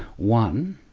one,